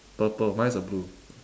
purple mine is a blue